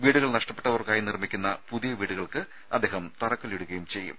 വീടുകൾ നഷ്ടപ്പെട്ടവർക്കായി നിർമ്മിക്കുന്ന പുതിയ വീടുകൾക്ക് അദ്ദേഹം തറക്കല്ലിടുകയും ചെയ്യും